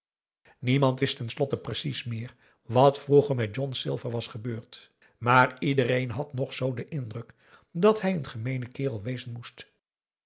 niemand wist ten slotte precies meer wat vroeger met john silver was gebeurd maar iedereen had nog zoo den indruk dat hij n gemeene kerel wezen moest